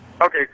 Okay